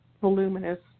voluminous